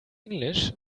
english